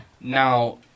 Now